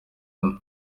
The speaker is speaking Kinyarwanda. hano